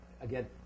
again